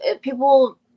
people